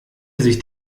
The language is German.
sich